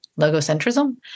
logocentrism